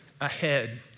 ahead